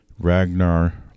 Ragnar